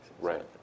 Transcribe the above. Right